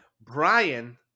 Brian